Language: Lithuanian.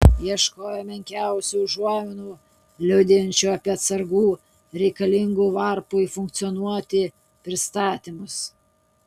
ieškojo menkiausių užuominų liudijančių apie atsargų reikalingų varpui funkcionuoti pristatymus